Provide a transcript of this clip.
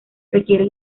requiere